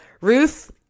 ruth